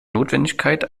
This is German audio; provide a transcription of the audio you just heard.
notwendigkeit